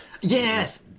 Yes